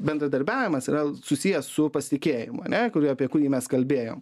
bendradarbiavimas yra susiję su pasitikėjimu ane kuriuo apie kurį mes kalbėjom